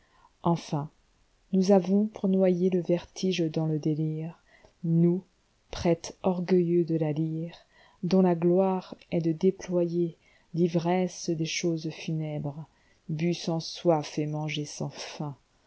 enon nous avons pour noyerle vertige dans le délire nous prêtre orgueilleux de la lyre dont la gloire est de déployerl'ivresse des choses funèbres bu sans soif et mangé sans faiml